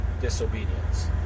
disobedience